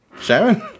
Sharon